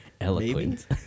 Eloquent